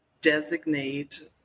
designate